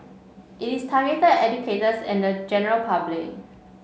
it is targeted at educators and the general public